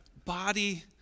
Body